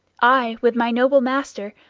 i, with my noble master,